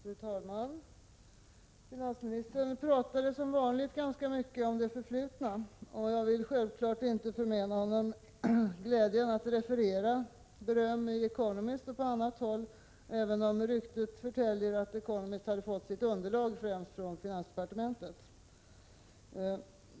Fru talman! Finansministern pratade som vanligt ganska mycket om det förflutna, och jag vill självfallet inte förmena honom glädjen att referera beröm i The Economist och på annat håll, även om ryktet förtäljer att The Economist hade fått underlaget för sin artikel främst från finansdepartementet.